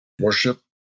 Worship